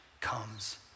comes